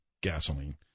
gasoline